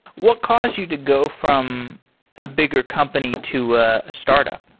what caused you to go from a bigger company to a startup?